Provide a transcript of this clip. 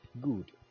good